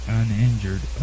uninjured